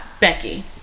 Becky